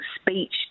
speech